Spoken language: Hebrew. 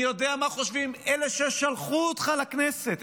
אני יודע מה חושבים אלה ששלחו אותך לכנסת,